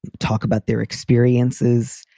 talk about their experiences,